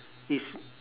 is